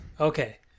okay